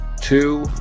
two